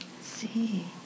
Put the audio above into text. see